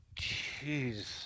Jeez